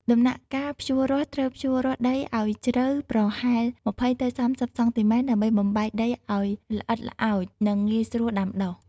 ដំណាក់កាលភ្ជួររាស់ត្រូវភ្ជួររាស់ដីឱ្យជ្រៅប្រហែល ២០ ទៅ ៣០ សង់ទីម៉ែត្រ ដើម្បីបំបែកដីឱ្យល្អិតល្អោច និងងាយស្រួលដាំដុះ។